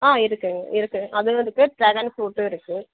ஆ இருக்குதுங்க இருக்குது அதுவும் இருக்குது டிராகன் ஃபுரூட்டும் இருக்குது